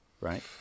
right